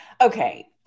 Okay